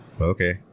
Okay